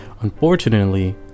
Unfortunately